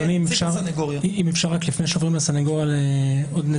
אדוני, אפשר להגיד עוד משהו?